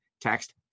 Text